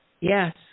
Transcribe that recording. Yes